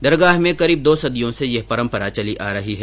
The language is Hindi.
दरगाह में करीब दो सदियों से यह परंपरा चली आ रही है